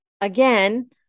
again